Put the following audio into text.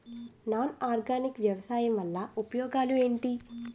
Non organic వ్యవసాయం వల్ల ఉపయోగాలు ఏంటీ?